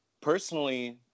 Personally